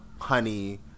honey